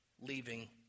leaving